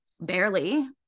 barely